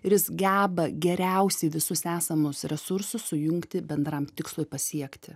ir jis geba geriausiai visus esamus resursus sujungti bendram tikslui pasiekti